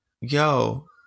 Yo